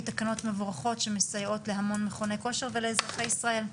תקנות מבורכות שבאמת מסייעות להמון מכוני כושר ולאזרחי ישראל.